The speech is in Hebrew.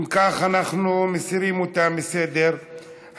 ואם כך אנחנו מסירים אותה מסדר-היום.